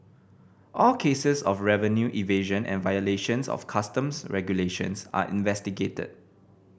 all cases of revenue evasion and violations of Customs regulations are investigated